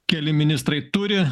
keli ministrai turi